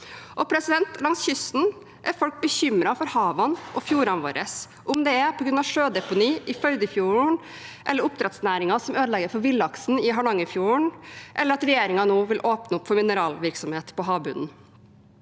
Og langs kysten er folk bekymret for havene og fjordene våre – enten det er på grunn av sjødeponi i Førdefjorden, oppdrettsnæringen som ødelegger for villaksen i Hardangerfjorden, eller at regjeringen nå vil åpne opp for mineralvirksomhet på havbunnen.